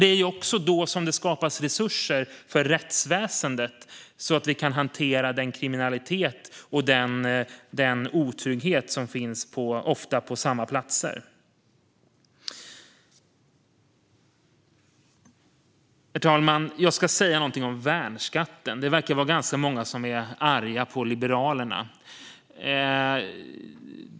Det är också då som det skapas resurser för rättsväsendet så att vi kan hantera den kriminalitet och den otrygghet som ofta finns på samma platser. Herr talman! Jag ska säga någonting om värnskatten. Det verkar vara ganska många som är arga på Liberalerna.